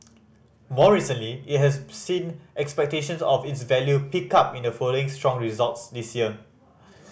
more recently it has seen expectations of its value pick up in the following strong results this year